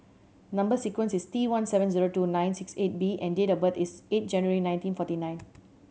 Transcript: number sequence is T one seven zero two nine six eight B and date of birth is eight January nineteen forty nine